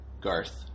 Garth